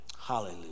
Hallelujah